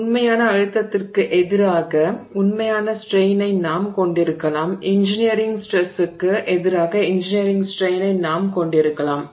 எனவே உண்மையான அழுத்தத்திற்கு எதிராக உண்மையான ஸ்ட்ரெய்னை நாம் கொண்டிருக்கலாம் இன்ஜினியரிங் ஸ்ட்ரெஸ்சுக்கு எதிராக இன்ஜினியரிங் ஸ்ட்ரெய்னை நாம் கொண்டிருக்கலாம்